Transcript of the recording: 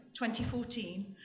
2014